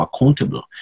accountable